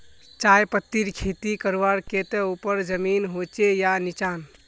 चाय पत्तीर खेती करवार केते ऊपर जमीन होचे या निचान?